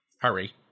hurry